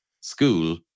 school